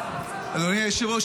אדוני היושב-ראש,